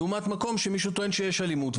לעומת מקום שמישהו טוען שיש אלימות.